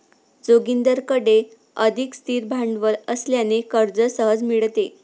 जोगिंदरकडे अधिक स्थिर भांडवल असल्याने कर्ज सहज मिळते